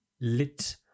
lit